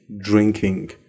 drinking